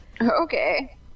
Okay